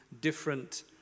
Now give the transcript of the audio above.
different